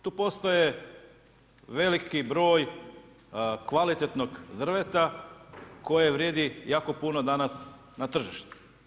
Tu postoji veliki broj kvalitetnog drveta koje vrijedi jako puno danas na tržištu.